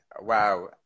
Wow